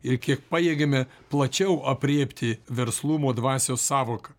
ir kiek pajėgiame plačiau aprėpti verslumo dvasios sąvoką